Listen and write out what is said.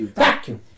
vacuum